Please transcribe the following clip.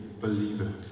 believer